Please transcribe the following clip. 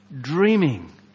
dreaming